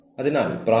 അത് കുഴപ്പമില്ല